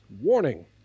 warning